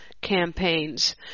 campaigns